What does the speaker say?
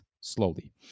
slowly